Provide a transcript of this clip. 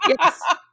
Yes